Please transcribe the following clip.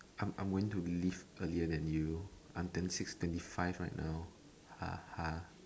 I'm I'm went to leave earlier than you I'm ten six twenty five right now (uh huh)